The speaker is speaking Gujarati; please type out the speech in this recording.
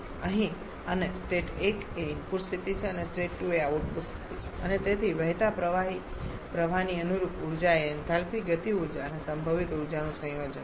અહીં અને સ્ટેટ 1 એ ઇનપુટ સ્થિતિ છે સ્ટેટ 2 એ આઉટપુટ સ્થિતિ છે અને તેથી વહેતા પ્રવાહી પ્રવાહની અનુરૂપ ઊર્જા એ એન્થાલ્પી ગતિ ઊર્જા અને સંભવિત ઊર્જાનું સંયોજન છે